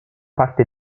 parte